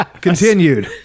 Continued